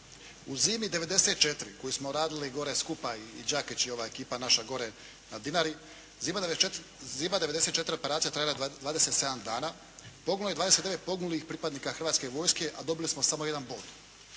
U "Zimi '94" koju smo radili gore skupa i Đakić i ova ekipa naša gore na Dinari, "Zima '94" operaciji koja je trajala 27 dana, poginulo je 29 poginulih pripadnika Hrvatske vojske a dobili smo samo jedan bod.